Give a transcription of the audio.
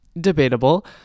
debatable